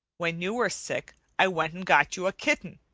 when you were sick, i went and got you a kitten.